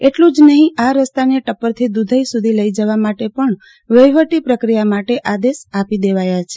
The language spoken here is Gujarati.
એટલું જ નહીં આ રસ્તાને ટપ્પરથી દુધઇ સુધી લઇ જવા માટે પણ વહીવટી પ્રક્રિયા માટે આદેશ આપી દેવાયા છે